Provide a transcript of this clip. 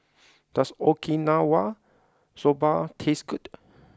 does Okinawa Soba taste good